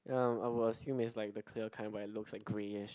ya I would assume it's like the clear kind but it looks like greyish